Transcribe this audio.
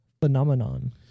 Phenomenon